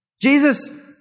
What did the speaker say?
Jesus